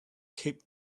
keep